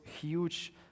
huge